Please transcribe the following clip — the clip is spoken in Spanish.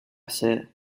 sede